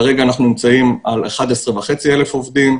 כרגע אנחנו נמצאים על 11,500 עובדים.